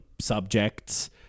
subjects